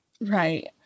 Right